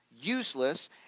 useless